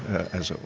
as it were.